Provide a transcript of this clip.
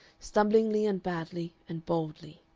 stumblingly and badly, and baldly.